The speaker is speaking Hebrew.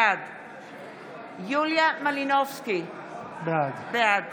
בעד יוליה מלינובסקי, בעד